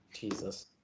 Jesus